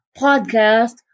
podcast